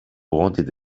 wanted